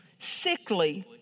sickly